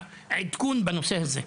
עדכון בנושא הזה.